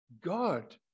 God